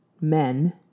men